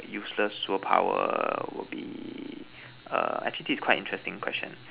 useless superpower will be err actually this is quite interesting question